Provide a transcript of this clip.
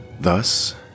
Thus